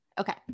Okay